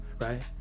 right